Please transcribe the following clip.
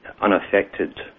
unaffected